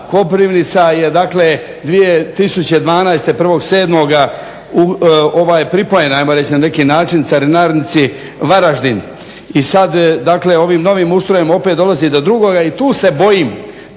Koprivnica je dakle 2012. 1. 7. pripojena ajmo reći na neki način carinarnici Varaždin. I sada dakle ovim novim ustrojem opet dolazi do drugoga. I tu se bojim,